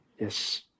Yes